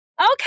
Okay